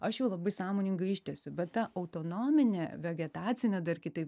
aš jau labai sąmoningai ištiesiu bet ta autonominė vegetacinė dar kitaip